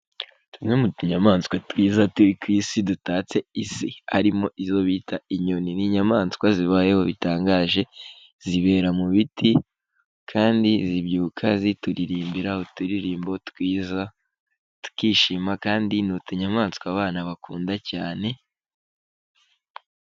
Tumwe mu tunyamaswa twiza turi ku Isi dutatse Isi, harimo izo bita inyoni. Ni inyamaswa zibayeho bitangaje, zibera mu biti kandi zibyuka zituririmbira uturirimbo twiza tukishima, kandi ni utunyamaswa abana bakunda cyane.